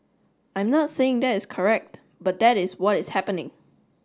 I'm not saying that is correct but that is what is happening